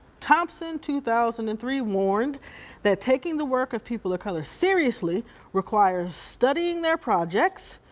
thomson, two thousand and three, warned that taking the work of people of color seriously requires studying their projects,